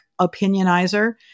opinionizer